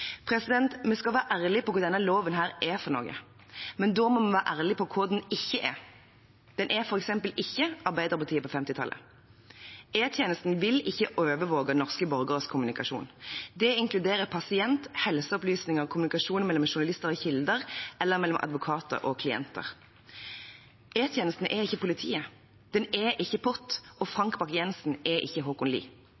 Vi skal være ærlig på hva denne loven er for noe, men da må vi være ærlig på hva den ikke er. Den er f.eks. ikke Arbeiderpartiet på 1950-tallet. E-tjenesten vil ikke overvåke norske borgeres kommunikasjon. Det inkluderer pasient- og helseopplysninger, kommunikasjon mellom journalister og kilder eller mellom advokater og klienter. E-tjenesten er ikke politiet, den er ikke POT, og